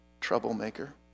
Troublemaker